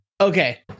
Okay